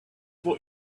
what